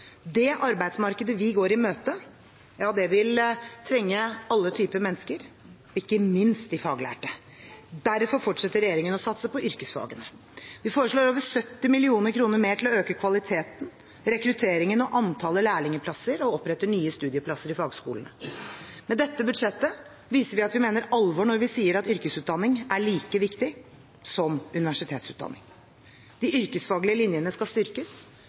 Det arbeidsmarkedet vi går i møte, vil trenge alle typer mennesker, ikke minst de faglærte. Derfor fortsetter regjeringen å satse på yrkesfagene. Vi foreslår over 70 mill. kr mer til å øke kvaliteten, rekrutteringen og antallet lærlingplasser og opprette nye studieplasser i fagskolene. Med dette budsjettet viser vi at vi mener alvor når vi sier at yrkesutdanning er like viktig som universitetsutdanning. De yrkesfaglige linjene skal styrkes.